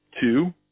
two